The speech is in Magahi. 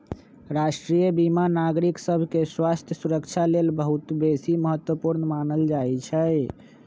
राष्ट्रीय बीमा नागरिक सभके स्वास्थ्य सुरक्षा लेल बहुत बेशी महत्वपूर्ण मानल जाइ छइ